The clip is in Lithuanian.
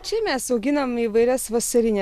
čia mes auginam įvairias vasarines